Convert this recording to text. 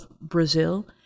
Brazil